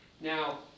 Now